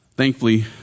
Thankfully